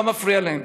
לא מפריע להם.